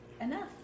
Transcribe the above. enough